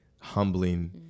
humbling